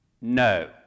no